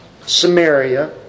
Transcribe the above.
Samaria